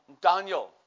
Daniel